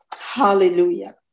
Hallelujah